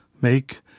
make